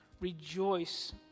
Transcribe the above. Rejoice